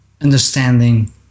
understanding